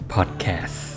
Podcast